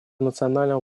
национального